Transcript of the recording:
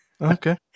okay